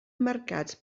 marcats